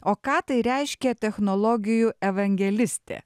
o ką tai reiškia technologijų evangelistė